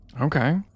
Okay